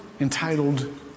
entitled